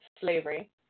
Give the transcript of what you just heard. Slavery